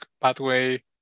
pathway